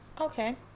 Okay